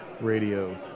radio